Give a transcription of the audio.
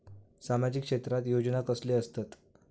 सामाजिक क्षेत्रात योजना कसले असतत?